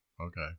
okay